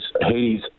Hades